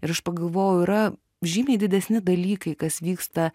ir aš pagalvojau yra žymiai didesni dalykai kas vyksta